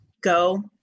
go